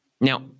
Now